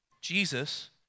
Jesus